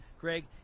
Greg